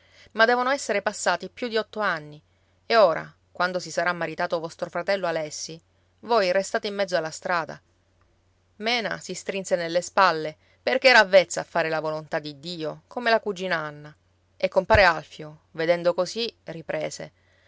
ma devono esser passati più di otto anni e ora quando si sarà maritato vostro fratello alessi voi restate in mezzo alla strada mena si strinse nelle spalle perché era avvezza a fare la volontà di dio come la cugina anna e compare alfio vedendo così riprese